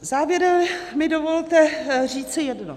Závěrem mi dovolte říci jedno.